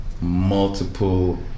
multiple